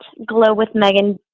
glowwithmegan